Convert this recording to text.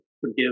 forgive